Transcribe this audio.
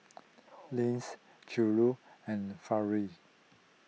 Lance Juli and Farrell